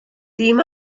dim